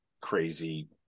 crazy